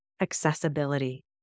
accessibility